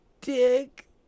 dick